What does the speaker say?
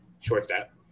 shortstop